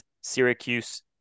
Syracuse